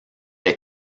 est